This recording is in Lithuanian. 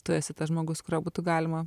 tu esi tas žmogus kurio būtų galima